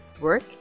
work